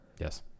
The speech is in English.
Yes